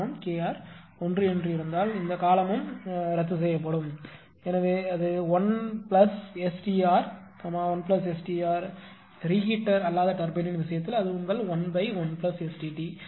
K r 1 ஆக இருந்தால் இந்த காலமும் இந்த காலமும் ரத்து செய்யப்படும் ஏனெனில் அது 1STr 1STr ரீஹீட் அல்லாத டர்பைன்யின் விஷயத்தில் அது உங்கள் 11STt மட்டுமே இருக்கும்